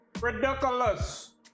ridiculous